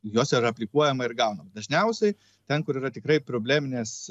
į juos yra aplikuojama ir gaunama dažniausiai ten kur yra tikrai probleminės